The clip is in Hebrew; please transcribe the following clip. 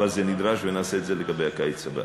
אבל זה נדרש ונעשה את זה לגבי הקיץ הבא.